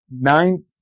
nine